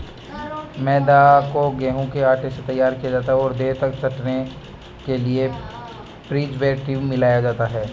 मैदा को गेंहूँ के आटे से तैयार किया जाता है और देर तक चलने के लिए प्रीजर्वेटिव मिलाया जाता है